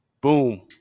Boom